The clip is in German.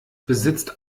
besitzt